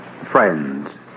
Friends